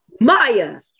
Maya